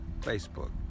Facebook